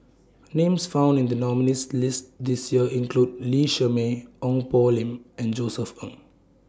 Names found in The nominees' list This Year include Lee Shermay Ong Poh Lim and Josef Ng